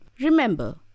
Remember